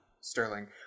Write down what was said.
Sterling